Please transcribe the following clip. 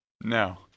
No